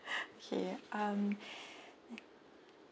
okay um